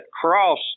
cross